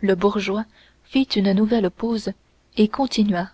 le bourgeois fit une nouvelle pause et continua